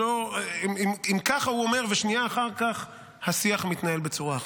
אם ככה הוא אומר ושנייה אחר כך השיח מתנהל בצורה אחרת.